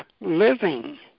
living